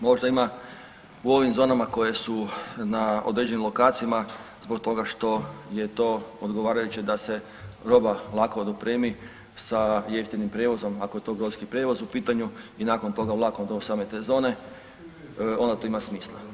Možda ima u ovim zonama koje su na određenim lokacijama zbog toga što je to odgovarajuće da se roba lako dopremi sa jeftinim prijevozom ako je to brodski prijevoz u pitanju i nakon toga vlakom do same te zone onda to ima smisla.